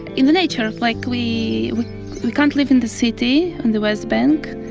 in the nature. like we we can't live in the city on the west bank.